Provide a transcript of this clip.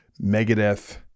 Megadeth